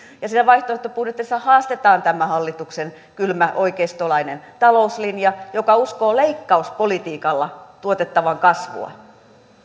siinä vaihtoehtobudjetissa haastetaan tämä hallituksen kylmä oikeistolainen talouslinja joka uskoo leikkauspolitiikalla tuotettavan kasvua